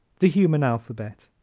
the human alphabet